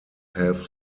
have